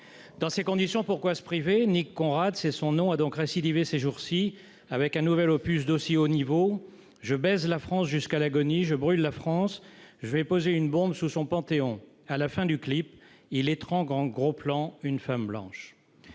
Dans ces conditions, pourquoi se priver ? Nick Conrad, c'est son nom, a donc récidivé ces jours-ci avec un nouvel opus d'aussi haut niveau :« Je baise la France jusqu'à l'agonie. Je brûle la France. J'vais poser une bombe sous son Panthéon. » À la fin du clip, il étrangle en gros plan une femme blanche.